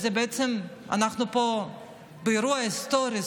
כשבעצם אנחנו פה באירוע היסטורי,